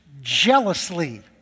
jealously